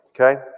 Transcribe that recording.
Okay